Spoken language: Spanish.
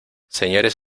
señores